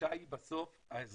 התחושה היא בסוף שהאזרחים